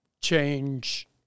change